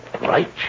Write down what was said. Right